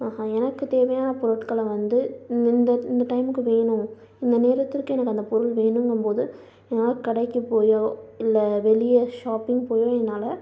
எனக்கு தேவையான பொருட்கள வந்து இந்த இந்த இந்த டைமுக்கு வேணும் இந்த நேரத்திற்கு எனக்கு அந்த பொருள் வேணுங்கும் போது என்னால் கடைக்கு போயோ இல்லை வெளியே ஷாப்பிங் போயோ என்னால்